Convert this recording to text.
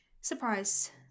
Surprise